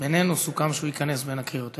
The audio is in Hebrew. בינינו סוכם שהוא ייכנס בין הקריאות.